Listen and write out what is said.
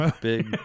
Big